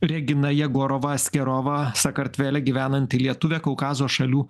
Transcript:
regina jegorova askerova sakartvele gyvenanti lietuvė kaukazo šalių